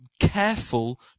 careful